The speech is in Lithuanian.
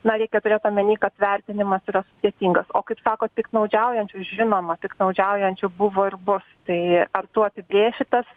na reikia turėt omeny kad vertinimas yra sudėtingas o kaip sakot piktnaudžiaujančių žinoma piktnaudžiaujančių buvo ir bus tai ar tu apibrėši tas